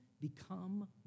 become